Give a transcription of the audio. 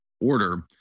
order